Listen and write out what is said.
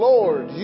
Lord